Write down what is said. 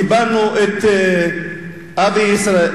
קיבלנו את אבי יששכרוף,